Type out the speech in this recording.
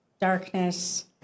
darkness